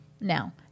now